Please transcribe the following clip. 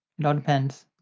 it all depends.